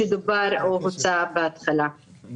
אבל מה שאני דיברתי אתה הסכמת איתי.